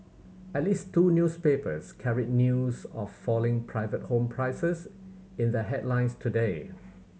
at least two newspapers carried news of falling private home prices in their headlines today